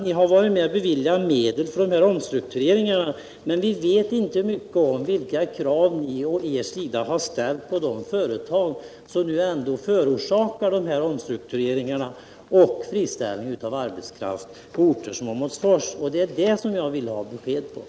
Ni har beviljat medel till omstruktureringar, men vi vet inte mycket om vilka krav ni från er sida ställt på de företag som nu förorsakar dessa omstruktureringar och friställande av arbetskraft på orter som Åmotfors. Det är detta jag vill ha besked om.